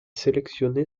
sélectionné